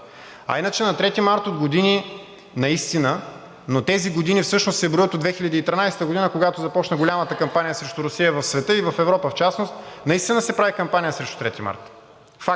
А иначе на 3 март от години наистина, но тези години се броят от 2013 г., когато започна голямата кампания срещу Русия в света и в Европа в частност наистина се прави кампания срещу 3 март,